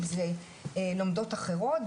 אם זה לומדות אחרות,